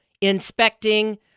inspecting